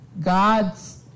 God's